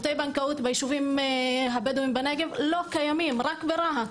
לא קיימים שירותים בנקאיים בנגב, רק ברהט.